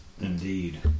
Indeed